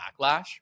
backlash